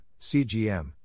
CGM